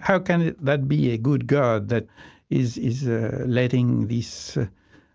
how can that be a good god that is is letting these